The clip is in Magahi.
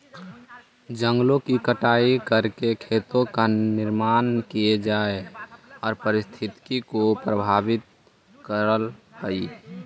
जंगलों की कटाई करके खेतों का निर्माण किये जाए पारिस्थितिकी को प्रभावित करअ हई